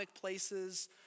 places